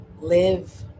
Live